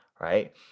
right